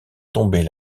tomber